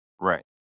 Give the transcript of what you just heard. Right